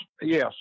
yes